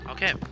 Okay